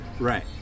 Right